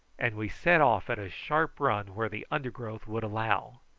and we set off at a sharp run where the undergrowth would allow.